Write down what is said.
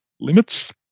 limits